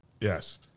yes